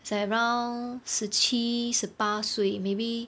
it's around 十七十八岁 maybe